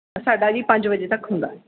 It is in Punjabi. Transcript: ਸਾਡਾ ਜੀ ਪੰਜ ਵਜੇ ਤੱਕ ਹੁੰਦਾ